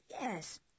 Yes